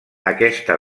aquesta